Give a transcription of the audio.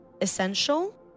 essential